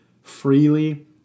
freely